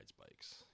bikes